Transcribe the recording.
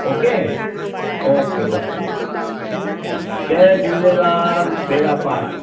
okay okay okay okay जय झूलेलाल बेड़ा पार